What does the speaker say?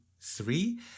three